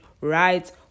right